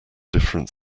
different